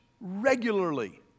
regularly